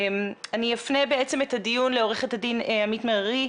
אני אפנה את הדיון לעו"ד עמית מררי,